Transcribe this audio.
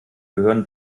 gehören